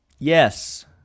Yes